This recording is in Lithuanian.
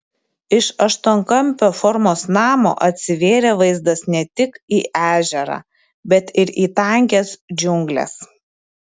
iš aštuonkampio formos namo atsivėrė vaizdas ne tik į ežerą bet ir į tankias džiungles